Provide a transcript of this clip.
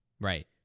right